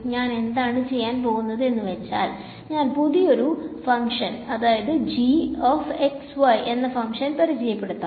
ഞാൻ എന്താണ് ചെയ്യാൻ പോകുന്നത് എന്നുവച്ചാൽ ഞാൻ പുതിയൊരു എന്ന ഫങ്ക്ഷൻ പരിചയപെടുത്തുന്നു